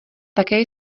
také